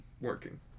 working